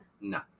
No